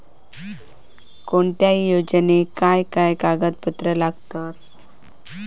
कोणत्याही योजनेक काय काय कागदपत्र लागतत?